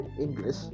english